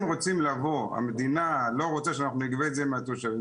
אם המדינה לא רוצה שנגבה את זה מהתושבים,